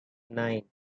nine